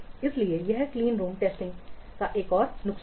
इसलिए यह clean room testing का एक और नुकसान है